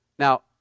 Now